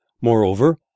Moreover